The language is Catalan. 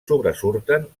sobresurten